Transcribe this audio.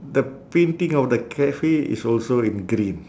the painting of the cafe is also in green